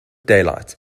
daylight